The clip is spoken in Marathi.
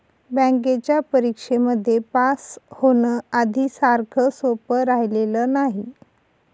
बँकेच्या परीक्षेमध्ये पास होण, आधी सारखं सोपं राहिलेलं नाही